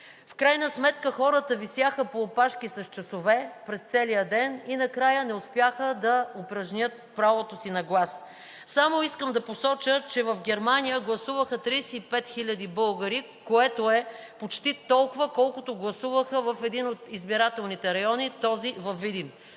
В крайна сметка хората висяха по опашки с часове през целия ден и накрая не успяха да упражнят правото си на глас. Само искам да посоча, че в Германия гласуваха 35 хиляди българи, което е почти толкова, колкото гласуваха в един от избирателните райони, този във Видин